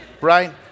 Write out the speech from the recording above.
right